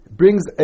brings